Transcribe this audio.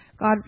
God